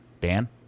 dan